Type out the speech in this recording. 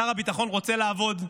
שר הביטחון רוצה לעבוד,